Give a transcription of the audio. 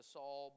Saul